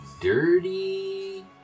Dirty